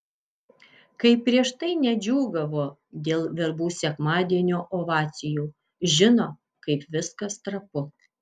kaip prieš tai nedžiūgavo dėl verbų sekmadienio ovacijų žino kaip viskas trapu